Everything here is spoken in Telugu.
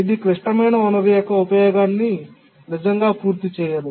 ఇది క్లిష్టమైన వనరు యొక్క ఉపయోగాన్ని నిజంగా పూర్తి చేయదు